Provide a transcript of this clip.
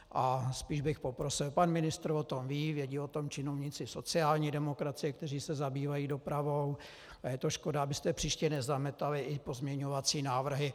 A spíš bych poprosil, pan ministr o tom ví, vědí o tom činovníci sociální demokracie, kteří se zabývají dopravou, a je to škoda, abyste příště nezametali i pozměňovací návrhy.